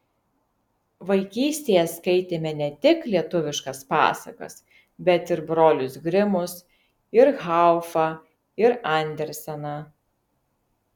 vaikystėje skaitėme ne tik lietuviškas pasakas bet ir brolius grimus ir haufą ir anderseną